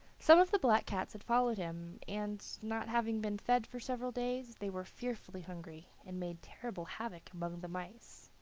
some of the black cats had followed him, and, not having been fed for several days, they were fearfully hungry, and made terrible havoc among the mice.